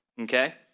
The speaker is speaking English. okay